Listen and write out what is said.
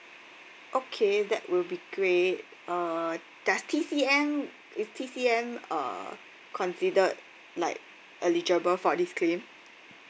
okay that will be great uh does T_C_M is T_C_M uh considered like eligible for this claim